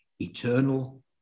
eternal